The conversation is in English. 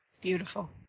beautiful